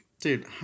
Dude